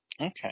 Okay